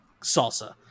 salsa